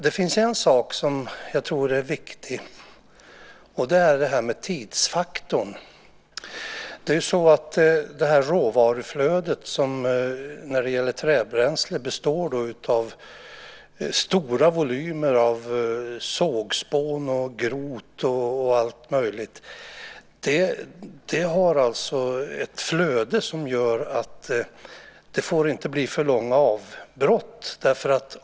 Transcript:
Det finns en sak som jag tror är viktig. Det är tidsfaktorn. Råvaruflödet när det gäller träbränsle består av stora volymer av sågspån, grot och allt möjligt. Det är ett flöde som gör att det inte får bli för långa avbrott.